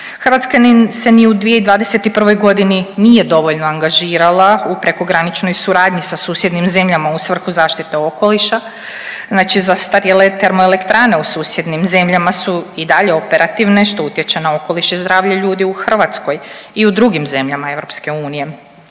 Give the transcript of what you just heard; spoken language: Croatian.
Hrvatska se ni u 2021. godini nije dovoljno angažirala u prekograničnoj suradnji sa susjednim zemljama u svrhu zaštite okoliša. Znači zastarjele termoelektrana u susjednim zemljama su i dalje operativne što utječe na okoliš i zdravlje ljudi u Hrvatskoj i u drugim zemljama EU.